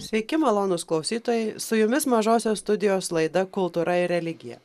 sveiki malonūs klausytojai su jumis mažosios studijos laida kultūra ir religija